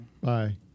Bye